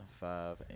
five